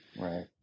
right